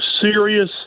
serious